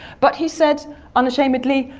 but he said unashamedly,